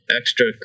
extra